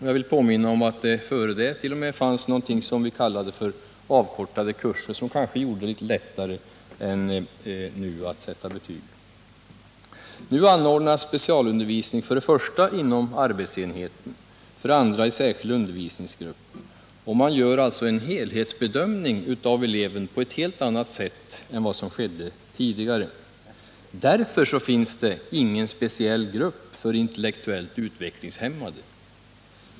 Jag vill påminna om att det dessförinnan t.o.m. fanns något som kallades avkortade kurser, där det kanske var något lättare än nu att sätta betyg. Nu anordnas specialundervisning för det första inom arbetsenheten, för det andra i särskild undervisningsgrupp, och man gör en helhetsbedömning av eleven på ett helt annat sätt än vad som skedde tidigare. Därför finns det ingen speciell grupp för intellektuellt utvecklingshämmade.